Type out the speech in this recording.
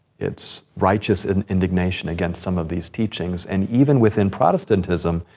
its righteous and indignation against some of these teachings. and even within protestantism,